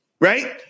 Right